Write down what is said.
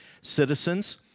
citizens